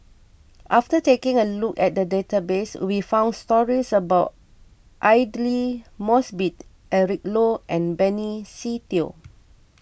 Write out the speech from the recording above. after taking a look at the database we found stories about Aidli Mosbit Eric Low and Benny Se Teo